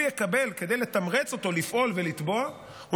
כדי לתמרץ אותו לפעול ולתבוע,